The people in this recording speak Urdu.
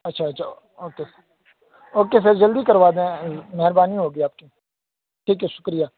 اچھا اچھا اوکے سر اوکے سر جلدی کروا دیں مہربانی ہوگی آپ کی ٹھیک ہے شکریہ